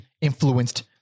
influenced